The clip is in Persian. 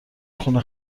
خونه